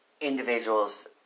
individuals